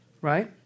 Right